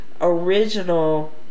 original